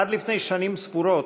עד לפני שנים ספורות,